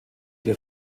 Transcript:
die